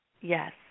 Yes